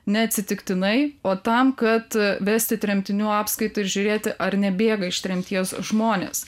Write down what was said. neatsitiktinai o tam kad vesti tremtinių apskaitą ir žiūrėti ar nebėga iš tremties žmonės